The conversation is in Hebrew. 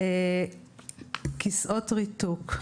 כיסאות ריתוק,